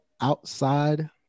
outside